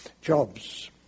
jobs